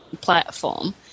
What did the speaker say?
platform